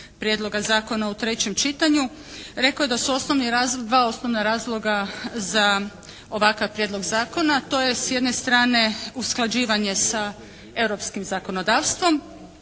prijedloga zakona u trećem čitanju, rekao da su osnovni razlozi, dva osnovna razloga za ovakav prijedlog zakona, to je s jedne strane usklađivanje sa europskim zakonodavstvom,